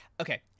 okay